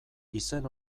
izen